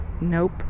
nope